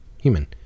human